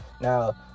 Now